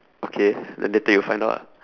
okay then later you find out ah